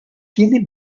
tiene